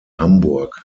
hamburg